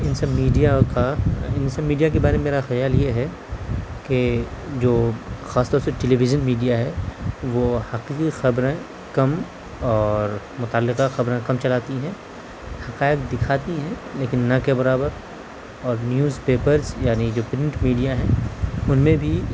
ان سب میڈیا کا ان سب میڈیا کے بارے میں میرا خیال یہ ہے کہ جو خاص طور سے ٹیلی ویزن میڈیا ہے وہ حقیقی خبریں کم اور متعلقہ خبریں کم چلاتی ہیں حقائق دکھاتی ہیں لیکن نہ کے برابر اور نیوز پیپرس یعنی جو پرنٹ میڈیا ہیں ان میں بھی